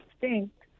distinct